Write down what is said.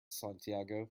santiago